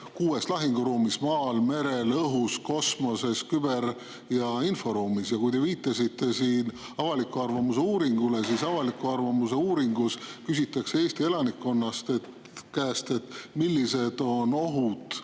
kuues lahinguruumis: maal, merel, õhus, kosmoses, küber- ja inforuumis. Ja kui te viitasite siin avaliku arvamuse uuringule, siis avaliku arvamuse uuringus küsitakse Eesti elanikkonna käest, millised on